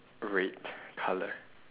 red colour